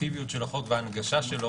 האפקטיביות של החוק ועל ההנגשה שלו,